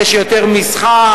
יש יותר מסחר,